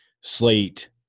slate